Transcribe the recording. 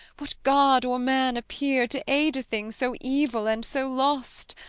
what god or man appear, to aid a thing so evil and so lost?